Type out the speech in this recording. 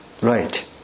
right